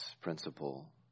principle